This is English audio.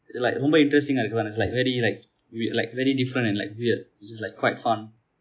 like ரொம்ப:romba interesting இருக்கு தானே:irukku thaane is like very like we~ like very different and like weird which is like quite fun